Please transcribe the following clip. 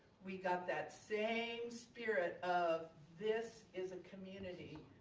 we got that same spirit of this is a community.